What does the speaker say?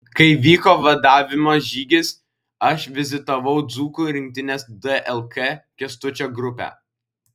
kai vyko vadavimo žygis aš vizitavau dzūkų rinktinės dlk kęstučio grupę